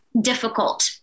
difficult